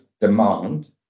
demand